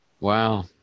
wow